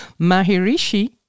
Mahirishi